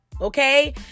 Okay